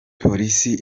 police